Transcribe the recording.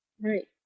Right